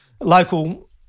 local